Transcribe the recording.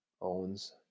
owns